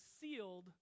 sealed